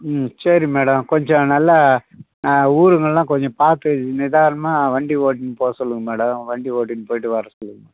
ம் சரி மேடம் கொஞ்சம் நல்லா ஊருங்கலாம் நல்லா கொஞ்சம் பார்த்து நிதானமாக வண்டி ஓட்டின்னு போகச்சொல்லுங்க மேடம் வண்டி ஓட்டின்னு போயிவிட்டு வரச்சொல்லுங்கள்